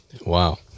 Wow